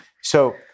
So-